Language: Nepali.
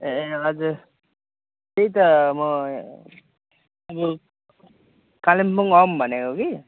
ए हजुर त्यही त म अब कालिम्पोङ आऊँ भनेको कि